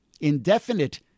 indefinite